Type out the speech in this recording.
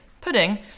Pudding